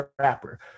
Rapper